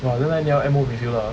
!wah! then like 你要 M O with you lah